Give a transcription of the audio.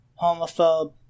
homophobe